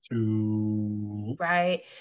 Right